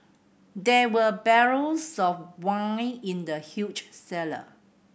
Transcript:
there were barrels of wine in the huge cellar